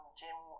gym